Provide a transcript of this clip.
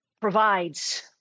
provides